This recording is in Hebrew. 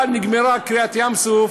אבל נגמרה קריעת ים-סוף